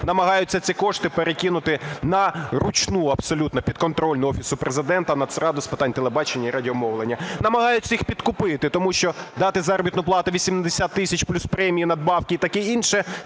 намагаються ці кошти перекинути на ручну абсолютно підконтрольну Офісу Президента Нацраду з питань телебачення і радіомовлення. Намагаються їх підкупити, тому що дати заробітну плату 80 тисяч, плюс премії, надбавки і таке інше